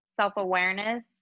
self-awareness